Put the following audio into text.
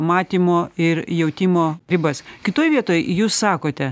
matymo ir jautimo ribas kitoj vietoj jūs sakote